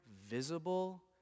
visible